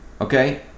Okay